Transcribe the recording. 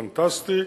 פנטסטי,